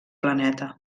planeta